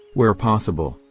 where possible,